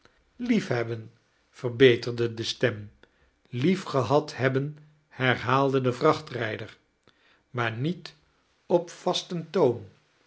liefhebben verbeterde de stein iiefgehad hebben herhaalde de vrachtrijder maar niet op vasten toon